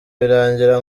birangira